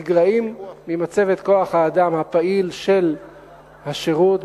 נגרעים ממצבת כוח-האדם הפעיל של השירות,